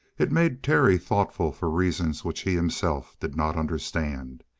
it made terry thoughtful for reasons which he himself did not understand.